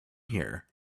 here